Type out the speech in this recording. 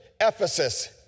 Ephesus